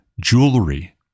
jewelry